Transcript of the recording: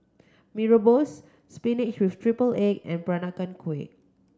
Mee Rebus spinach with triple egg and Peranakan Kueh